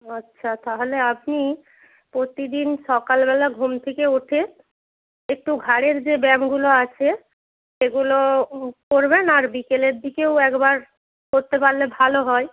ও আচ্ছা তাহলে আপনি প্রতিদিন সকালবেলা ঘুম থেকে উঠে একটু ঘাড়ের যে ব্যায়ামগুলো আছে সেগুলো করবেন আর বিকেলের দিকেও একবার করতে পারলে ভালো হয়